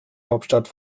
hauptstadt